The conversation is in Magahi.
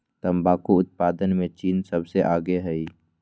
तंबाकू उत्पादन में चीन सबसे आगे हई